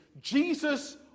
Jesus